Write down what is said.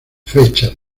fechas